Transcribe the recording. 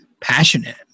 passionate